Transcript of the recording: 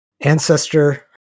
ancestor